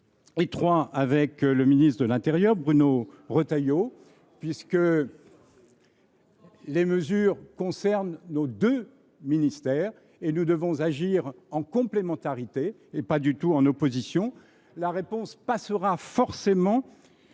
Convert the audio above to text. étroit avec le ministre de l’intérieur, Bruno Retailleau, car les mesures à prendre concernent nos deux ministères. Nous devons agir en complémentarité, non en opposition. La réponse passera forcément